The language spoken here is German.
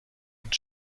und